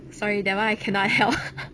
sorry that one I cannot help